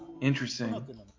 Interesting